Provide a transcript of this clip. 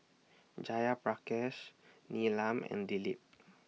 Jayaprakash Neelam and Dilip